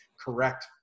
correct